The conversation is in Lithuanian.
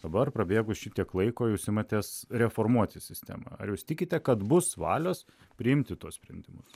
dabar prabėgus šitiek laiko jūs imatės reformuoti sistemą ar jūs tikite kad bus valios priimti tuos sprendimus